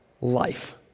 life